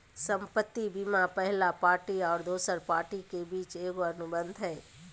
संपत्ति बीमा पहला पार्टी और दोसर पार्टी के बीच एगो अनुबंध हइ